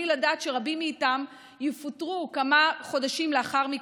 בלי לדעת שרבים מהם יפוטרו כמה חודשים לאחר מכן,